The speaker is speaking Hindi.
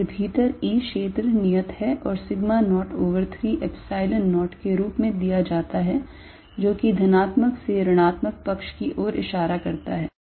फिर भीतर E क्षेत्र नियत है और sigma naught over 3 Epsilon 0 के रूप में दिया जाता है जो कि धनात्मक से ऋणात्मक पक्ष की ओर इशारा करता है